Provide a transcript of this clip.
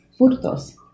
Furtos